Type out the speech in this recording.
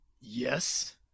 Yes